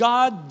God